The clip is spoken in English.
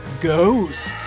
ghosts